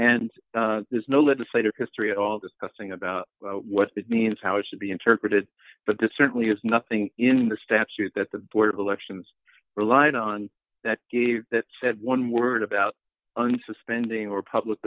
and there's no legislative history at all discussing about what that means how it should be interpreted but that certainly has nothing in the statute that the board of elections relied on that gave that said one word about suspending or public